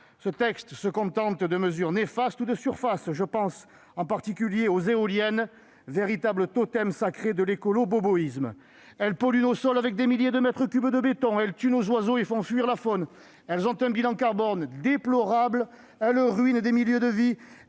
Ce texte se contente de mesures néfastes ou de surface. Je pense en particulier aux éoliennes, véritable totem sacré de l'écolo-boboïsme : elles polluent nos sols avec des milliers de mètres cubes de béton, tuent nos oiseaux et font fuir la faune ; elles ont un bilan carbone déplorable, ruinent des milieux de vie,